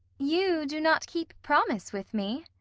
you do not keep promise with me.